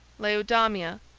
laodamia,